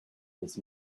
this